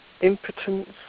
impotence